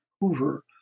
Hoover